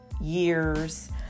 years